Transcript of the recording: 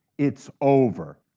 it's over.